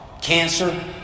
Cancer